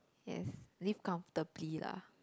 yes live comfortably lah